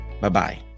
Bye-bye